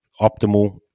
optimal